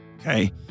okay